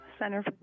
Center